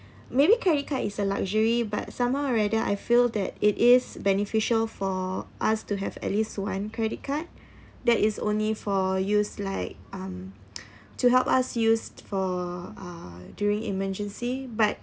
maybe credit card is a luxury but somehow rather I feel that it is beneficial for us to have at least one credit card that is only for use like um to help us used for uh during emergency but